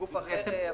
אחר"?